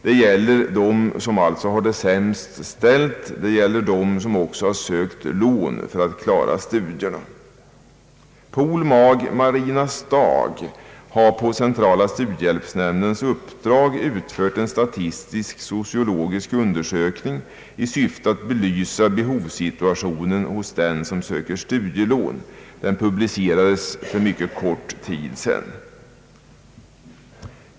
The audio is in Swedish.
Det gäller alltså dem som har det sämst ställt och som också sökt lån för att klara studierna. Ang. de studiesociala förmånerna fört en statistisk-sociologisk undersökning i syfte att belysa behovssituationen hos dem som söker studielån. Den publicerades för mycket kort tid sedan.